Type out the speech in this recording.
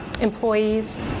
employees